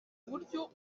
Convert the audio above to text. uburyo